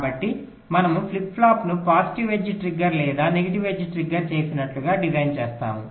కాబట్టి మనము ఫ్లిప్ ఫ్లాప్ను పాజిటివ్ ఎడ్జ్ ట్రిగ్గర్ లేదా నెగటివ్ ఎడ్జ్ ట్రిగ్గర్ చేసినట్లుగా డిజైన్ చేస్తాము